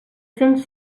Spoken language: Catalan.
cents